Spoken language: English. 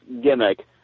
gimmick